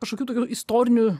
kažkokių tokių istorinių